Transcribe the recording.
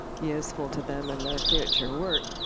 useful to them in their future work,